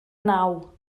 naw